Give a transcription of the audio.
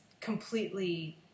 completely